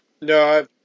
No